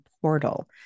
portal